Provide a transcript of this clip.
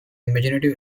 imaginative